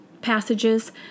passages